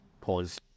pause